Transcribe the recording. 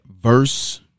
verse